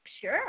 Sure